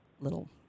little